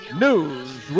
News